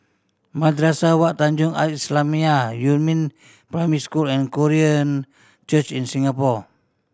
Madrasah Wak Tanjong Al Islamiah Yumin Primary School and Korean Church in Singapore